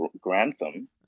Grantham